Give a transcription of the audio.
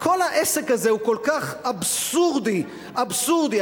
כל העסק הזה כל כך אבסורדי, אבסורדי.